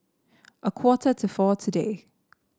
a quarter to four today